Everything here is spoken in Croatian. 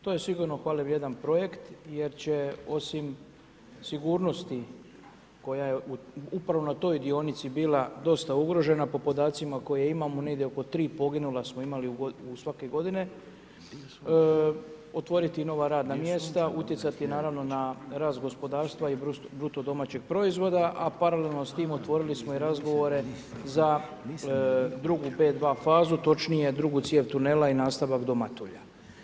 To je sigurno hvale vrijedan projekt jer će osim sigurnosti koja je upravo na toj dionici bila dosta ugrožena, po podacima koje imamo negdje oko 3 poginula smo imali svake godine, otvoriti nova radna mjesta, utjecati naravno na rast gospodarstva i BDP-a, a paralelno s tim, otvorili smo razgovore za drugu 5.2. fazu, točnije drugu cijev tunela i nastavak do Matulja.